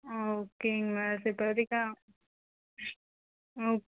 ஆ ஓகேங்க மிஸ் இப்போதிக்கி ஓக்